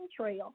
trail